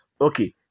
Okay